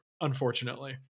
unfortunately